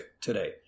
today